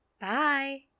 Bye